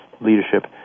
leadership